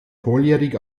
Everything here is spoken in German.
volljährig